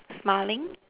smiling